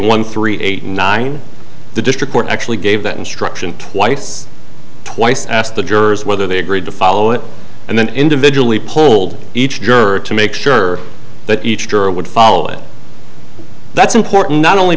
one three eight nine the district court actually gave that instruction twice twice asked the jurors whether they agreed to follow it and then individually polled each juror to make sure that each juror would follow it that